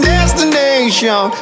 Destination